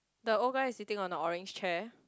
the old guy is sitting on a orange chair